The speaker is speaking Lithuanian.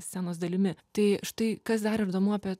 scenos dalimi tai štai kas dar ir įdomu apie